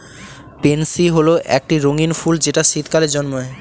pansy হল একটি রঙ্গীন ফুল যেটা শীতকালে জন্মায়